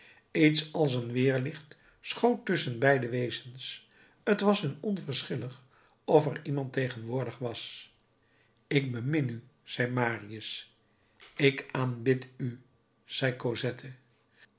iets als een weerlicht schoot tusschen beide wezens t was hun onverschillig of er iemand tegenwoordig was ik bemin u zei marius ik aanbid u zei